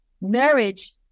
marriage